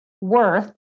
worth